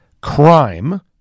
crime